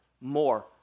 More